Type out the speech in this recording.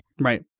Right